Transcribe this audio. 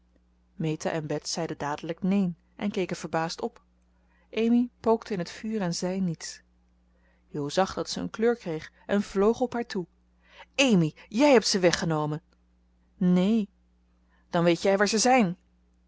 meta en bets zeiden dadelijk neen en keken verbaasd op amy pookte in het vuur en zei niets jo zag dat ze een kleur kreeg en vloog op haar toe amy jij hebt ze weggenomen neen dan weet jij waar ze zijn